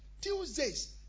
Tuesdays